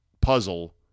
puzzle